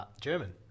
German